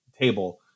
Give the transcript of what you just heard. table